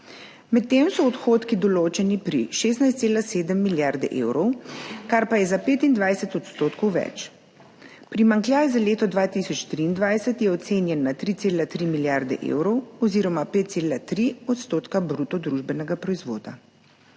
Medtem so odhodki določeni pri 16,7 milijarde evrov, kar pa je za 25 % več. Primanjkljaj za leto 2023 je ocenjen na 3,3 milijarde evrov oziroma 5,3 % bruto družbenega proizvoda.